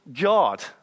God